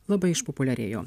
labai išpopuliarėjo